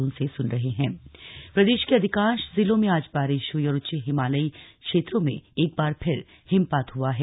मौसम प्रदेश के अधिकांश जिलों में आज बारिश हुई और उच्च हिमालयी क्षेत्रों में एक बार फिर हिमपात हुआ है